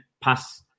pass